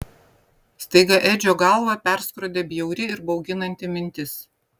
staiga edžio galvą perskrodė bjauri ir bauginanti mintis